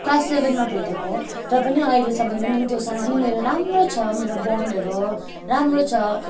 class सेभेनमा भेटेको हो र पनि अहिलेसम्म पनि त्योसँग पनि मेरो राम्रो छ मेरो बन्डहरू राम्रो छ